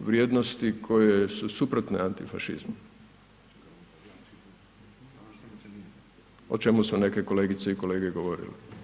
vrijednosti koje su suprotne antifašizmu o čemu su neke kolegice i kolege govorili.